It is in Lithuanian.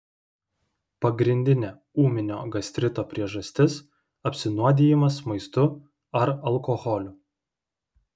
pagrindinė ūminio gastrito priežastis apsinuodijimas maistu ar alkoholiu